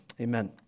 amen